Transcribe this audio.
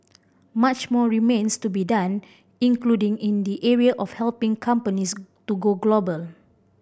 much more remains to be done including in the area of helping companies to go global